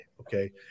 okay